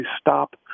stop